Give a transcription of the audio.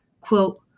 quote